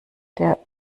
der